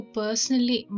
personally